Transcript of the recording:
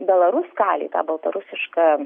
belaruskalij ta baltarusiška